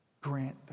grant